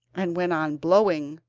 and went on blowing,